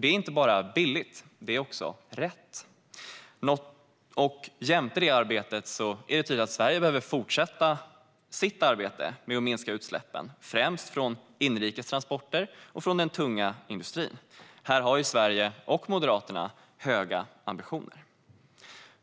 Det är inte bara billigt utan också rätt. Jämte det arbetet är det tydligt att Sverige behöver fortsätta sitt arbete med att minska utsläppen, främst från inrikes transporter och den tunga industrin. Här har Sverige och Moderaterna stora ambitioner.